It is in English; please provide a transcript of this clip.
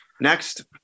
Next